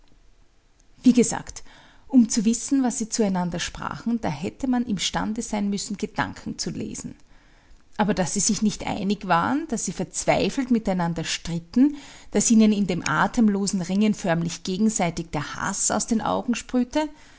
wie gesagt um zu wissen was sie zueinander sprachen da hätte man imstande sein müssen gedanken zu lesen aber daß sie nicht einig waren daß sie verzweifelt miteinander stritten daß ihnen in dem atemlosen ringen förmlich gegenseitig der haß aus den augen sprühte